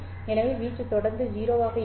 எனவே வீச்சு தொடர்ந்து 0 ஆக இருக்கும்